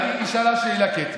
היא שאלה שאלה, קטי.